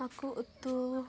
ᱦᱟᱹᱠᱩ ᱩᱛᱩ